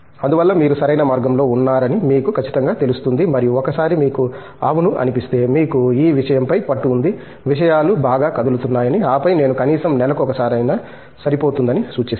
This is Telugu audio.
అందువల్ల మీరు సరైన మార్గంలో ఉన్నారని మీకు ఖచ్చితంగా తెలుస్తుంది మరియు ఒకసారి మీకు అవును అనిపిస్తే మీకు ఈ విషయంపై పట్టు ఉంది విషయాలు బాగా కదులుతున్నాయని ఆపై నేను కనీసం నెలకు ఒకసారైనా సరిపోతుందని సూచిస్తాను